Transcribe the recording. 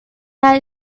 that